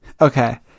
Okay